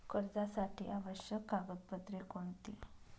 कर्जासाठी आवश्यक कागदपत्रे कोणती?